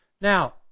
Now